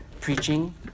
preaching